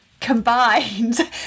combined